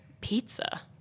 pizza